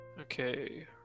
Okay